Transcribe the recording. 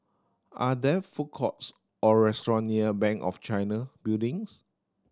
are there food courts or restaurant near Bank of China Buildings